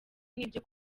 n’ibyo